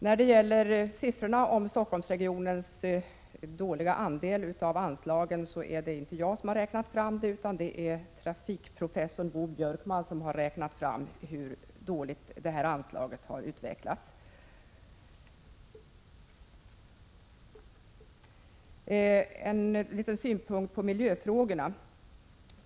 Vad gäller siffrorna om den dåliga utvecklingen av Stockholmsregionens andel av väganslagen vill jag säga att det inte är jag som har räknat fram dessa siffror utan trafikprofessorn Bo Björkman. En liten synpunkt på miljöfrågorna.